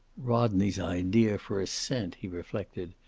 rodney's idea, for a cent! he reflected,